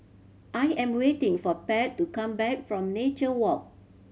I am waiting for Pat to come back from Nature Walk